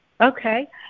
Okay